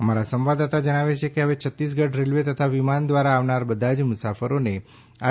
અમારા સંવાદદાતા જણાવે છે કે હવે છત્તીસગઢ રેલવે તથા વિમાન દ્વારા આવનારા બધા જ મુસાફરોને આર